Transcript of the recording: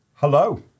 Hello